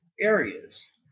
areas